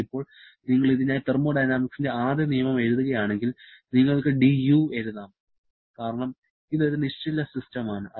അതിനാൽ ഇപ്പോൾ നിങ്ങൾ ഇതിനായി തെർമോഡൈനാമിക്സിന്റെ ആദ്യ നിയമം എഴുതുകയാണെങ്കിൽ നമുക്ക് dU എഴുതാം കാരണം ഇത് ഒരു നിശ്ചല സിസ്റ്റമാണ്